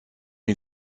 une